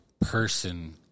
person